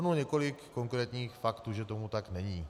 Shrnu několik konkrétních faktů, že tomu tak není.